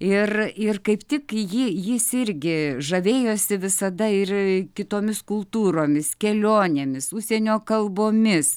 ir ir kaip tik jį jis irgi žavėjosi visada ir kitomis kultūromis kelionėmis užsienio kalbomis